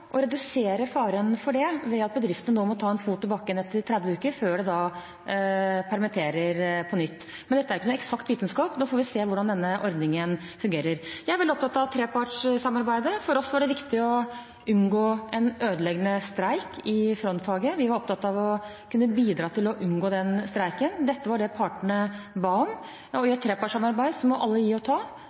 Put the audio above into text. redusere faren for det på ved at bedriftene nå må sette en fot i bakken etter 30 uker før de permitterer på nytt, men dette er ikke noen eksakt vitenskap. Nå får vi se hvordan denne ordningen fungerer. Jeg er veldig opptatt av trepartssamarbeidet. For oss var det viktig å unngå en ødeleggende streik i frontfaget. Vi var opptatt av å kunne bidra til å unngå den streiken. Det var dette partene ba om. I et trepartssamarbeid må alle gi og ta,